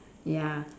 ya